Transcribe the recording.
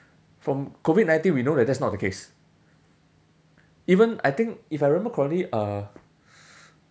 from COVID nineteen we know that that's not the case even I think if I remember correctly uh